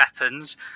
weapons